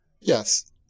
Yes